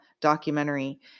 documentary